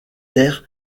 terres